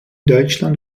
deutschland